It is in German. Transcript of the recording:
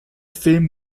film